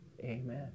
Amen